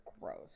gross